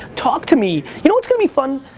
talk to me. you know what's gonna be fun?